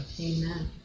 Amen